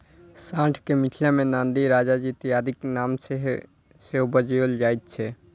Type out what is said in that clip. साँढ़ के मिथिला मे नंदी, राजाजी इत्यादिक नाम सॅ सेहो बजाओल जाइत छै